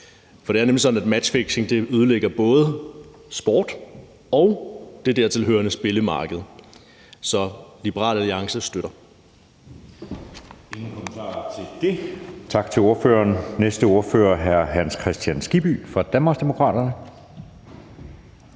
Det er nemlig sådan, at matchfixing ødelægger både sporten og det dertil hørende spilmarked, så Liberal Alliance støtter.